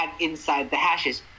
InsideTheHashes